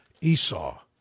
Esau